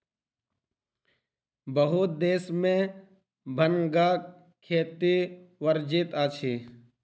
बहुत देश में भांगक खेती वर्जित अछि